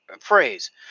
phrase